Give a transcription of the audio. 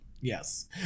Yes